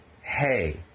hey